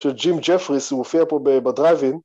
‫של ג'ים ג'פריס, הוא הופיע פה ב... בדרייב־אין.